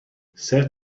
sad